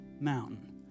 mountain